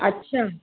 अच्छा